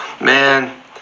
Man